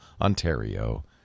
Ontario